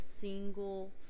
single